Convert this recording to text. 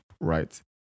right